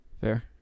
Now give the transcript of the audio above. Fair